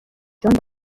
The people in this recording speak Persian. جان